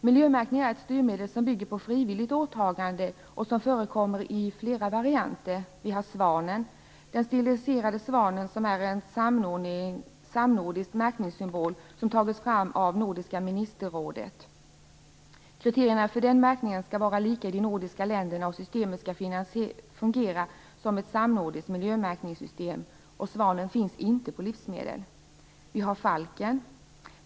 Miljömärkning är ett styrmedel som bygger på frivilligt åtagande, och det förekommer i flera varianter. Vi har den stiliserade svanen, som är en samnordisk märkningssymbol som tagits fram av Nordiska ministerrådet. Kriterierna för den märkningen skall vara lika i de nordiska länderna, och systemet skall fungera som ett samnordiskt miljömärkningssystem. Svanen finns inte på livsmedel. Vi har falken.